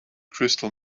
crystal